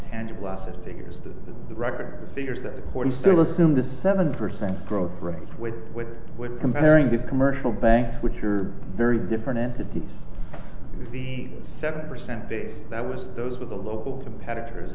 tangible assets being used to record the figures that the court is still assumed the seven percent growth rate with with with comparing the commercial banks which are very different entities the seven percent base that was those were the local competitors